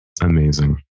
Amazing